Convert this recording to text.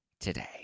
today